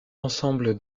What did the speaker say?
ensemble